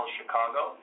Chicago